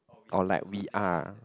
oh like we are